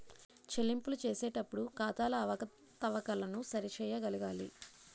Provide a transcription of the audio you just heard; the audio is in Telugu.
చెల్లింపులు చేసేటప్పుడు ఖాతాల అవకతవకలను సరి చేయగలగాలి